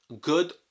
good